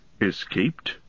Escaped